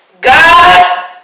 God